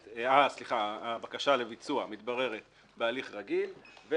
הבקשה לביצוע מתבררת בהליך רגיל.